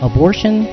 Abortion